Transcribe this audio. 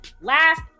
Last